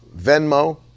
Venmo